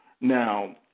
Now